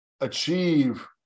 achieve